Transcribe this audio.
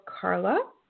Carla